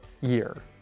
year